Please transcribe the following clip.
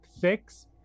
fix